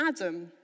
Adam